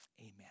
Amen